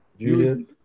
julian